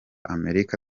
amerika